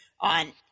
on